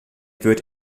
wird